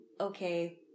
okay